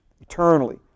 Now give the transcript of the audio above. eternally